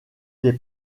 des